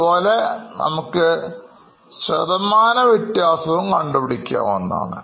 അതുപോലെ നമുക്ക് ശതമാനം വ്യത്യാസവും കണ്ടുപിടിക്കാവുന്നതാണ്